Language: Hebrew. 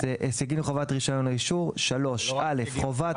סייגים לחובת רישיון או אישור 3. (א) חובת